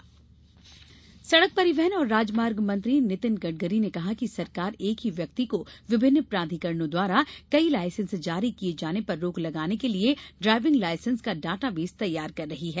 Gadkari driving licence सड़क परिवहन और राजमार्ग मंत्री नितिन गडकरी ने कहा है कि सरकार एक ही व्यक्ति को विभिन्न प्राधिकरणों द्वारा कई लाइसेंस जारी किए जाने पर रोक लगाने के लिए ड्राइविंग लाइसेंस का डाटाबेस तैयार कर रही है